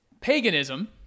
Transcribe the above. paganism